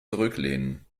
zurücklehnen